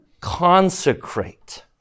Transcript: consecrate